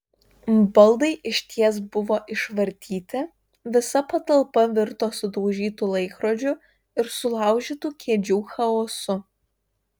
baldai išties buvo išvartyti visa patalpa virto sudaužytų laikrodžių ir sulaužytų kėdžių chaosu